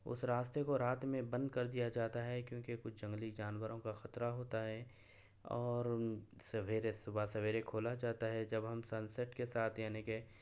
اس راستے کو رات میں بند کردیا جاتا ہے کیونکہ کچھ جنگلی جانورں کا خطرہ ہوتا ہے اور سویرے صبح سویرے کھولا جاتا ہے جب ہم سنسٹ کے ساتھ یعنی کہ